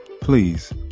please